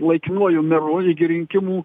laikinuoju meru iki rinkimų